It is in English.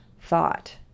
thought